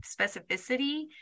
specificity